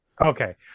Okay